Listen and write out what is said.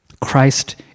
Christ